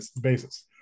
basis